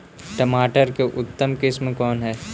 टमाटर के उतम किस्म कौन है?